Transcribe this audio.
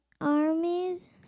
armies